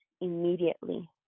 immediately